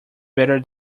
better